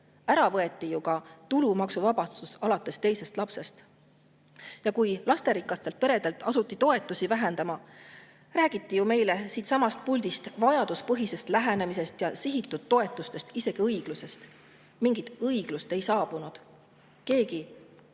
Ära võeti ju ka tulumaksu[soodustus] alates teisest lapsest. Ja kui asuti lasterikaste perede toetusi vähendama, räägiti meile siitsamast puldist vajaduspõhisest lähenemisest ja sihitud toetusest, isegi õiglusest. Aga mingit õiglust ei saabunud. Need,